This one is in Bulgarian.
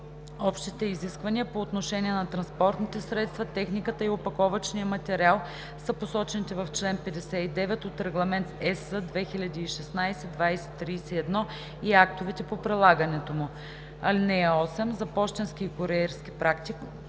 Общите изисквания по отношение на транспортните средства, техниката и опаковъчния материал са посочените в чл. 59 от Регламент (ЕС) 2016/2031 и актовете по прилагането му. (8) За пощенски и куриерски пратки,